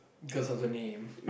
cause of the name